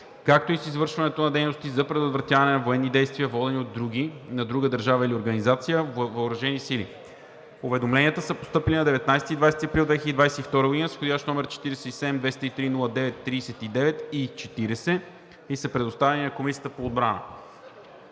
както и с извършването на дейности за предотвратяване на военни действия, водени от други – на друга държава или организация, въоръжени сили. Уведомленията са постъпили на 19 и 20 април 2022 г. с вх. № 47-203-09-39 и 40 и са предоставени на Комисията по отбрана.